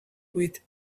with